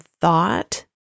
thought